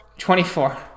Twenty-four